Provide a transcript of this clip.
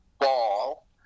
ball